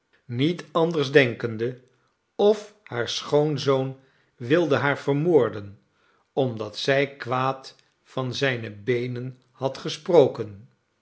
niet anders denkende of haar schoonzoon wilde haar vermoorden omdat zij kwaad van zijne beenen had gesproken